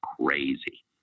crazy